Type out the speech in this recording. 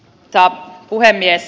arvoisa puhemies